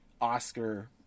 Oscar